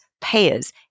payers